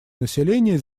населения